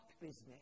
business